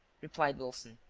replied wilson.